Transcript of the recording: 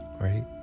Right